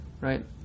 right